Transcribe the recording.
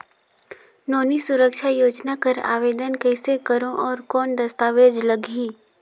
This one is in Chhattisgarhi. नोनी सुरक्षा योजना कर आवेदन कइसे करो? और कौन दस्तावेज लगही?